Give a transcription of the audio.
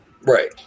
Right